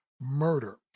murder